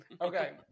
Okay